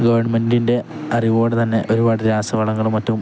ഗവൺമെന്റിൻ്റെ അറിവോടെ തന്നെ ഒരുപാടു രാസവളങ്ങളും മറ്റും